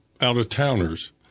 out-of-towners